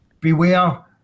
Beware